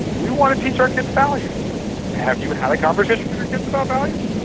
we want to teach our kids values have you had a conversation with your kids about values